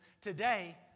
today